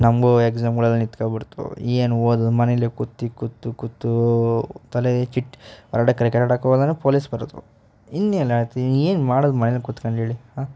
ನಮಗೂ ಎಕ್ಸಾಮ್ಗಳೆಲ್ಲ ನಿಂತ್ಕೊಂಡ್ಬಿಡ್ತು ಏನು ಓದೋದು ಮನೆಯಲ್ಲೇ ಕೂತು ಕೂತು ಕೂತು ತಲೆ ಚಿಟ್ ಅರಡ ಕೆರೆ ಕೆರೆ ಆಡೋಕೆ ಹೋದಾಗ ಪೊಲೀಸ್ ಬರೋದು ಇನ್ನೆಲ್ಲಿ ಆತ ಏನು ಮಾಡೋದು ಮನೆಯಲ್ಲೆ ಕೂತ್ಕೊಂಡು ಹೇಳಿ ಹಾಂ